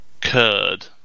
Curd